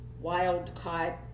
wild-caught